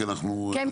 כי אנחנו --- כן,